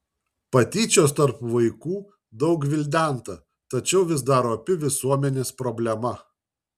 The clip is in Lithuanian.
patyčios tarp vaikų daug gvildenta tačiau vis dar opi visuomenės problema